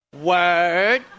Word